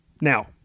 Now